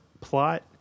plot